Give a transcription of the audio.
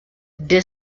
the